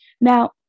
Now